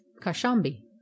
kashambi